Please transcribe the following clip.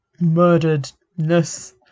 murderedness